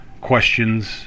questions